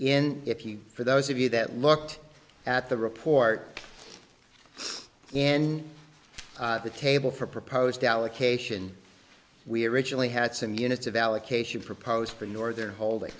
in if you for those of you that looked at the report in the table for proposed allocation we originally had some units of allocation proposed for nor their holding